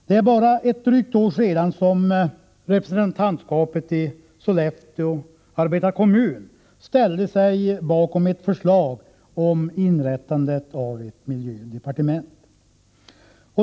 Det är bara ett drygt år sedan som represen tantskapet i Sollefteå arbetarkommun ställde sig bakom ett förslag om inrättande av ett miljödepartement.